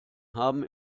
haben